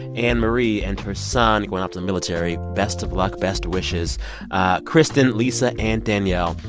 ann-marie and her son going off to the military, best of luck, best wishes kristin, lisa and danielle.